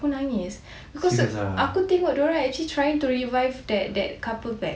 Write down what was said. aku nangis because aku tengok diorang actually trying to revive that that couple back